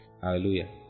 Hallelujah